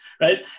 right